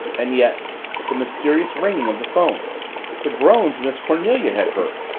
and yet the mysterious ringing of the phone the groans miss cornelia had heard!